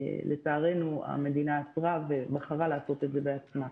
לצערנו, המדינה עצרה ובחרה לעשות את זה בעצמה.